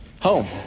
home